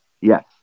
Yes